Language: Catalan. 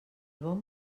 bon